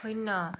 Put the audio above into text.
শূণ্য